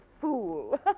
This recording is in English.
fool